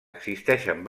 existeixen